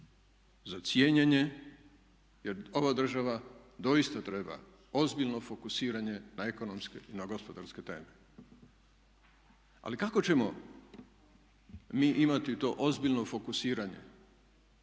za cijenjenje jer ova država doista treba ozbiljno fokusiranje na ekonomske i na gospodarske teme. Ali kako ćemo mi imati to ozbiljno fokusiranje